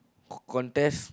contest